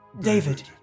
David